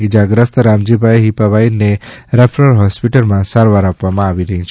ઇજા ગ્રસ્ત રામજીભાઈ હિપાભાઈ ને રેફરલ હોસ્પિટલમાં સારવાર આપવામાં આવી છે